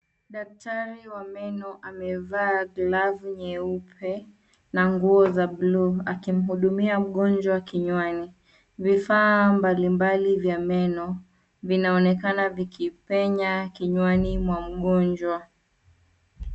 Daktari wa meno amevaa glavu nyeupe na nguo za buluu akimhudumia mgonjwa kinywani. Vifaa mbalimbali vya meno vinaonekana vikipenya kinywani mwa mgonjwa.